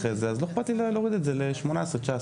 לא אכפת לי להוריד את זה ל-18 שנים,